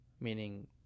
meaning